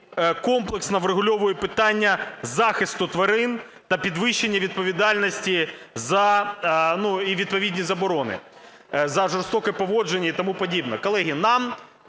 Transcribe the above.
комплексно врегульовує питання захисту тварин та підвищення відповідальності за... і відповідні заборони, за жорстоке поводження і тому подібне. Колеги, нам